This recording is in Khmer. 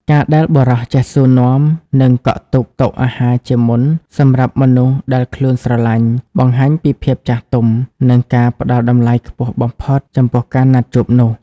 ការដែលបុរសចេះសួរនាំ និងកក់ទុកតុអាហារជាមុនសម្រាប់មនុស្សដែលខ្លួនស្រឡាញ់ បង្ហាញពីភាពចាស់ទុំ និងការផ្ដល់តម្លៃខ្ពស់បំផុតចំពោះការណាត់ជួបនោះ។